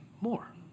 more